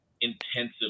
intensive